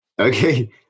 okay